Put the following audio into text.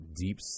deep